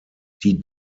die